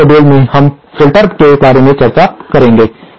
अगले मॉड्यूल में हम फ़िल्टर के बारे में चर्चा करेंगे